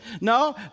No